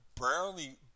barely